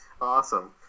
Awesome